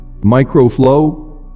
microflow